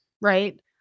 right